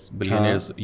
billionaires